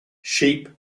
sheep